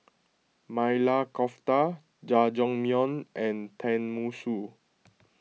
Maili Kofta Jajangmyeon and Tenmusu